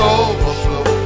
overflow